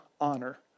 honor